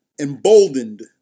emboldened